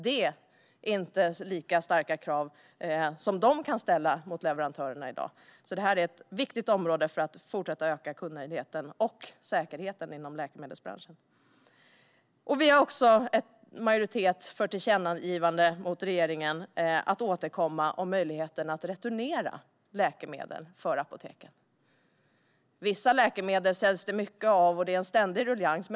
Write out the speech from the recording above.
Det är inte lika starka krav som de i dag kan ställa på leverantörerna. Det är ett viktigt område för att fortsätta att öka kundnöjdheten och säkerheten inom läkemedelsbranschen. Vi har också majoritet för tillkännagivande till regeringen att återkomma om möjligheten för apoteken att returnera läkemedel. Vissa läkemedel säljs det mycket av, och det är en ständig ruljangs.